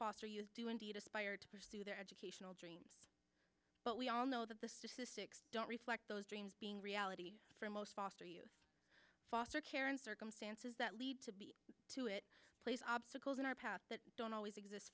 foster youth do indeed aspire to pursue their educational dreams but we all know that the statistics don't reflect those dreams being reality for most foster youth foster care and circumstances that lead to beat to it place obstacles in our path that don't always exist